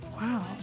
Wow